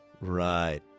right